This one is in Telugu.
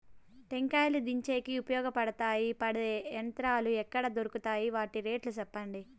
టెంకాయలు దించేకి ఉపయోగపడతాయి పడే యంత్రాలు ఎక్కడ దొరుకుతాయి? వాటి రేట్లు చెప్పండి?